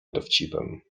dowcipem